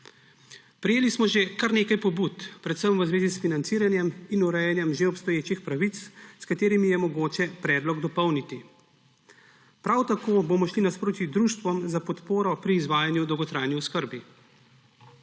Prejeli smo že kar nekaj pobud, predvsem v zvezi s financiranjem in urejanjem že obstoječih pravic, s katerimi je mogoče predlog dopolniti. Prav tako bomo šli nasproti društvom za podporo pri izvajanju dolgotrajne oskrbe.